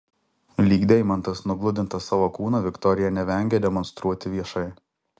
lyg deimantas nugludintą savo kūną viktorija nevengia demonstruoti viešai